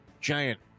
Giant